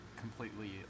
completely